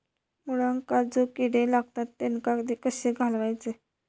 मुळ्यांका जो किडे लागतात तेनका कशे घालवचे?